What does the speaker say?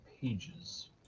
pages